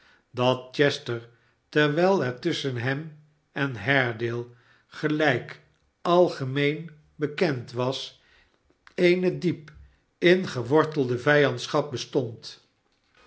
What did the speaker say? dat j nester terwijl er tusschen hem en haredale gelijk algemeen bekend was eene diep ingewortelde vijandschap bestond